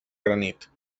granit